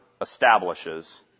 establishes